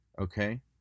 okay